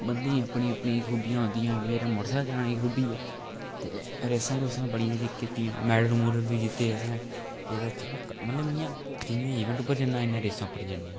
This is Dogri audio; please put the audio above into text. बंदे दियां अपनी अपनी खुबियां होंदियां मेरी मौटरसैकल चलाने दी खुबी ऐ ते रेसां रुसां बड़ियां कीतियां मैडल मुडल बी जित्ते असें एह्दे च बा मतलब इ'यां जिन्ने इवेंट उप्पर जन्ना इ'न्ना रेसें उप्पर नी जन्नां ऐ आं'ऊ